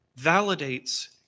validates